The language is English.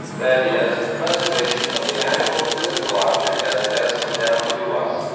that is, the preservation of the actual physical object as it has come down to us,